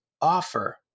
offer